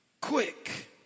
quick